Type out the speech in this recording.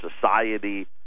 society